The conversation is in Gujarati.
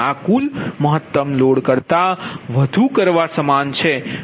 આ કુલ મહત્તમ લોડ કરતાં વધુ કરવા સમાન છે